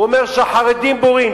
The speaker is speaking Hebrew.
הוא אומר שהחרדים בורים.